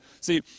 See